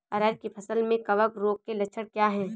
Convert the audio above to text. अरहर की फसल में कवक रोग के लक्षण क्या है?